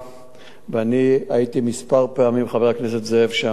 ואני הייתי כמה פעמים, חבר הכנסת זאב, שם במקום.